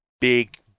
big